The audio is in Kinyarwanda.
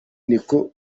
niko